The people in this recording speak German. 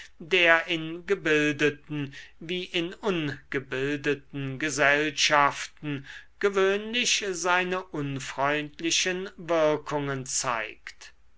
der in gebildeten wie in ungebildeten gesellschaften gewöhnlich seine unfreundlichen wirkungen zeigt